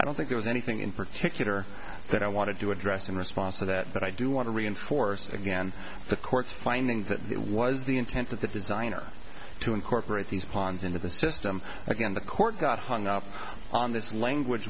i don't think there was anything in particular that i wanted to address in response to that but i do want to reinforce again the court's finding that it was the intent of the designer to incorporate these ponds into the system again the court got hung up on this language